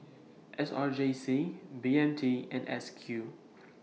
S R J C B N T and S Q